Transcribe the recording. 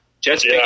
Jets